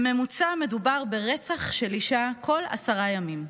בממוצע מדובר ברצח של אישה בכל עשרה ימים.